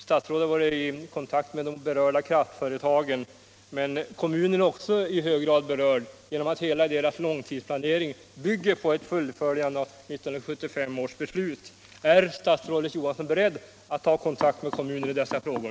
Statsrådet har ju varit i kontakt med de berörda kraftföretagen, men också kommunen är i hög grad berörd genom att hela dess långtidsplanering bygger på ett fullföljande av 1975 års energibeslut. Är statsrådet Johansson beredd att ta kontakt med kommunen i dessa frågor?